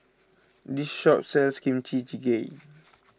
this shop sells Kimchi Jjigae